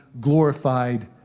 glorified